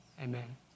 Amen